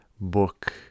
book